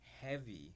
heavy